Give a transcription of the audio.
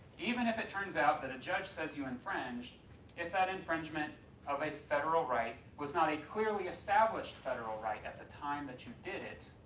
even if it turns out that a judge says you infringed if that infringement of a federal right was not a clearly established federal right at the time that you did it,